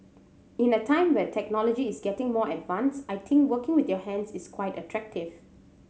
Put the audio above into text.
in a time where technology is getting more advanced I think working with your hands is quite attractive